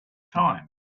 time